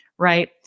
Right